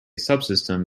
subsystem